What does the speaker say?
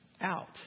out